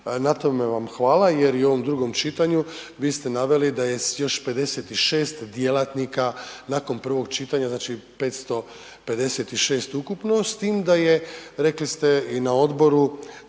na tome vam hvala jer i u ovom drugom čitanju vi ste naveli da je s još 56 djelatnika nakon prvog čitanja, znači 556 ukupno s tim da je, rekli ste, i na odboru